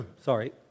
Sorry